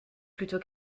plutôt